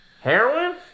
Heroin